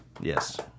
Yes